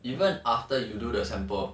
even after you do the sample